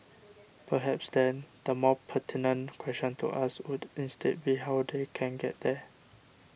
perhaps then the more pertinent question to ask would instead be how they can get there